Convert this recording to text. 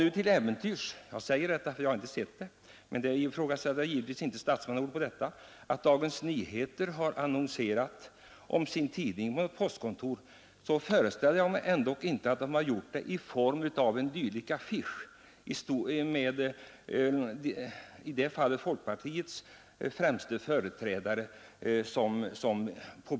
Jag ifrågasätter givetvis inte herr statsrådets ord om att det förekommit att Dagens Nyheter har annonserat om sin tidning på postkontoren, men jag föreställer mig att man inte har gjort det med sådana affischer som här talas om, dvs. i det fallet med bild av folkpartiets främste företrädare.